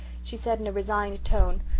she said in a resigned tone,